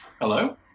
Hello